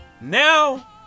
Now